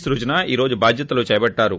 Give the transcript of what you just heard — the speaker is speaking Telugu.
స్పజన ఈ రోజు బాధ్యతలు చేపట్టారు